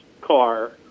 car